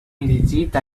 dirigit